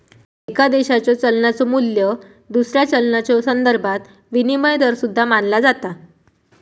एका देशाच्यो चलनाचो मू्ल्य दुसऱ्या चलनाच्यो संदर्भात विनिमय दर सुद्धा मानला जाता